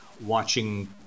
watching